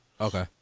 Okay